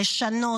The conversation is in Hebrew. לשנות,